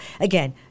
Again